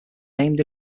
named